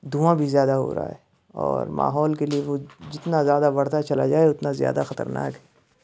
دھواں بھی زیادہ ہو رہا ہے اور ماحول کے لیے وہ جتنا زیادہ بڑھتا چلا جائے اتنا زیادہ خطرناک ہے